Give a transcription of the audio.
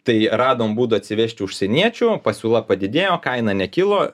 tai radom būdų atsivežti užsieniečių pasiūla padidėjo kaina nekilo